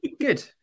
good